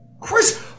Chris